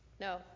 no